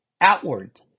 outward